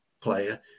player